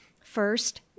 first